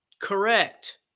Correct